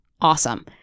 awesome